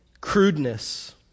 Crudeness